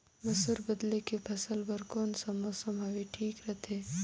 मसुर बदले के फसल बार कोन सा मौसम हवे ठीक रथे?